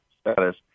status